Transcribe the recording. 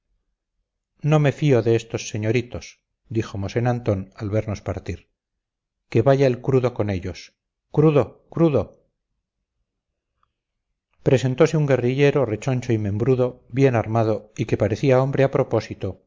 no me fío de estos señoritos dijo mosén antón al vernos partir que vaya el crudo con ellos crudo crudo presentose un guerrillero rechoncho y membrudo bien armado y que parecía hombre a propósito